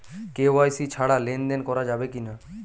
KYC ছাড়া লেনদেন করা যাবে কিনা?